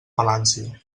palància